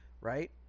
right